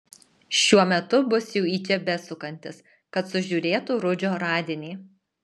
šiuo metu bus jau į čia besukantis kad sužiūrėtų rudžio radinį